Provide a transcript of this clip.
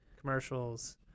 commercials